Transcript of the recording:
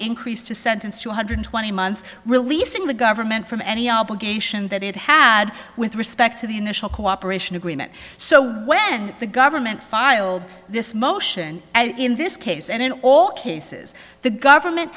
increased his sentence to one hundred twenty months releasing the government from any obligation that it had with respect to the initial cooperation agreement so when the government filed this motion in this case and in all cases the government